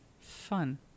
Fun